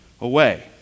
away